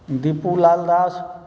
Deepu Lal Das